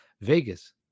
Vegas